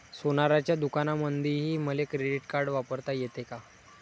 सोनाराच्या दुकानामंधीही मले क्रेडिट कार्ड वापरता येते का?